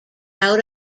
out